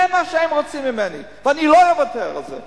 זה מה שהם רוצים ממני, ואני לא אוותר על זה.